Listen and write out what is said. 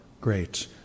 great